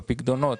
בפיקדונות,